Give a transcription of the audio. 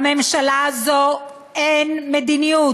לממשלה הזאת אין מדיניות,